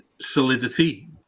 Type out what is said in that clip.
solidity